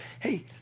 hey